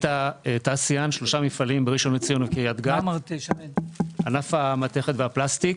שלושה מפעלים בראשון לציון ובקריית גת שעוסקים בענף המתכת והפלסטיק.